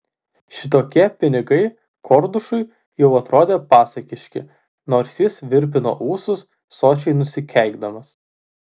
šitokie pinigai kordušui jau atrodė pasakiški nors jis virpino ūsus sočiai nusikeikdamas